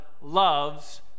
loves